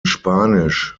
spanisch